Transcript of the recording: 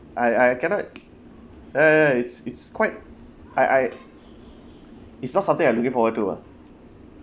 I I cannot ya ya it's it's quite I I it's not something I'm looking forward to ah